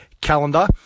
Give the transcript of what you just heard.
calendar